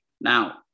Now